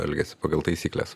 elgiasi pagal taisykles